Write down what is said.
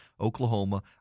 Oklahoma